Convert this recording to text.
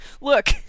Look